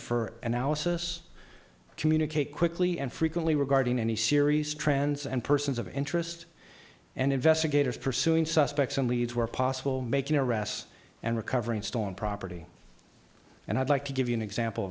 for analysis communicate quickly and frequently regarding any series trends and persons of interest and investigators pursuing suspects in leeds where possible making arrests and recovering stolen property and i'd like to give you an example